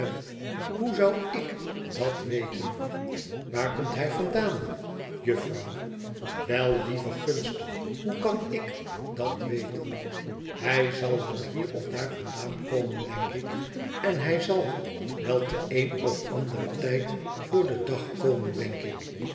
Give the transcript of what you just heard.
hoe zou ik dat weten waar komt hij vandaan juffrouw wel lieve gunst hoe kan ik dat weten i hij zal wel hier of daar vandaan komen denk ik en hij zal wel te een of ander tijd voorden dag komen denk ik